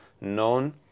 known